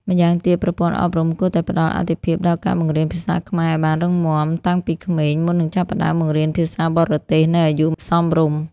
ម្យ៉ាងទៀត ប្រព័ន្ធអប់រំគួរតែផ្តល់អាទិភាពដល់ការបង្រៀនភាសាខ្មែរឱ្យបានរឹងមាំតាំងពីក្មេង មុននឹងចាប់ផ្តើមបង្រៀនភាសាបរទេសនៅអាយុសមរម្យ។